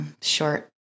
short